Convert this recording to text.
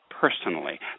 personally